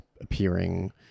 appearing